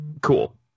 Cool